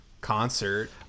concert